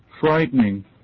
frightening